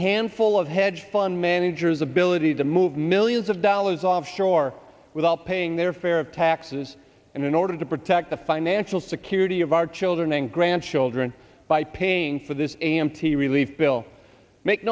handful of hedge fund managers ability to move millions of dollars offshore without paying their fair of taxes and in order to protect the financial security of our children and grandchildren by paying for this a m t relief bill make